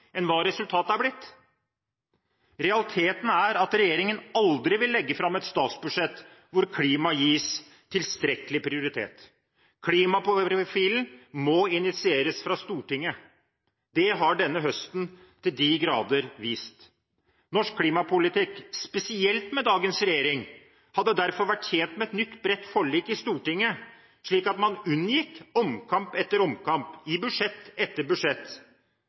Realiteten er at regjeringen aldri vil legge fram et statsbudsjett hvor klima gis tilstrekkelig prioritet. Klimaprofilen må initieres fra Stortinget. Det har denne høsten til de grader vist. Norsk klimapolitikk, spesielt med dagens regjering, hadde derfor vært tjent med et nytt bredt forlik i Stortinget, slik at man unngikk omkamp etter omkamp i budsjett etter budsjett.